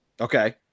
Okay